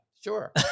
sure